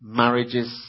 marriages